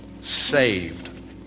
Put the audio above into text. saved